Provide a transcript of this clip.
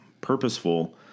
purposeful